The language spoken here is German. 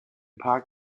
park